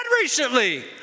recently